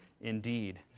indeed